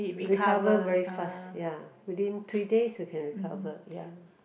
recover very fast ya within three days you can recover ya